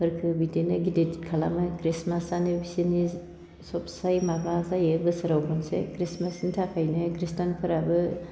फोरखो बिदिनो गिदिर खालामो ख्रिस्टमासानो बिसिनि सबसे माबा जायो बोसोराव खनसे ख्रिस्टमासनि थाखायनो ख्रिस्टियानफोराबो